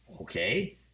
Okay